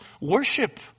worship